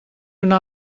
una